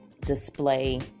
display